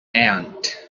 aunt